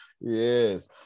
Yes